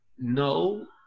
no